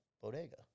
Bodega